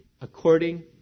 according